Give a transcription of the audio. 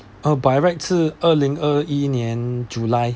uh by right 是二零二一年 july